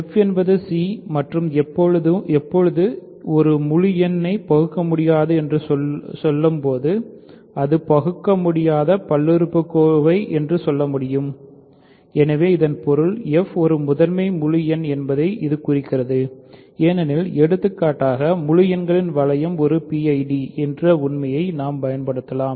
f என்பது c மற்றும் எப்போது ஒரு முழு எண்ணை பகுக்கமுடியாதது என்று சொல்லும்போது அது பகுக்கமுடியாத பல்லுறுப்புக்கோவை என்று சொல்ல முடியும் எனவே இதன் பொருள் f ஒரு முதன்மை முழு எண் என்பதை இது குறிக்கிறது ஏனெனில் எடுத்துக்காட்டாக முழு எண்களின் வளையம் ஒரு PID என்ற உண்மையை நாம் பயன்படுத்தலாம்